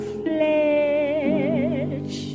flesh